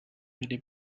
many